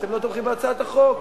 אתם לא תומכים בהצעת החוק.